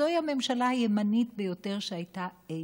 זוהי הממשלה הימנית ביותר שהייתה אי-פעם,